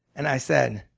and i said,